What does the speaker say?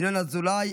ינון אזולאי,